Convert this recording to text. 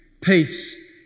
peace